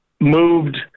moved